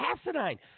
asinine